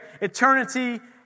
Eternity